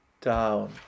down